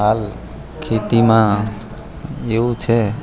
હાલ ખેતીમાં એવું છે